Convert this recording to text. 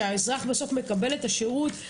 שהאזרח בסוף מקבל את השירות,